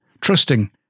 Trusting